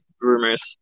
rumors